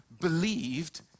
believed